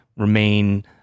remain